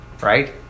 Right